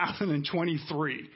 2023